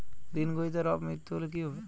ঋণ গ্রহীতার অপ মৃত্যু হলে কি হবে?